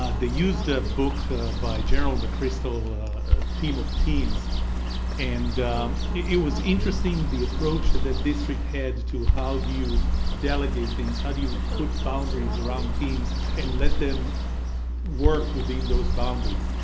they used a book by general mccrystal team of teams and it was interesting the approach that that district had to how do you delegate things, how do you put boundaries around teams and let them work within those boundaries.